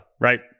Right